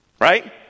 right